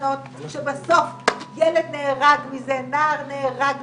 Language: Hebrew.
שבסוף ילד מזה, נער נהרג מזה.